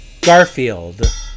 Garfield